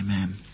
Amen